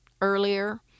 earlier